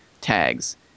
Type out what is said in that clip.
tags